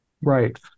Right